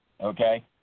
okay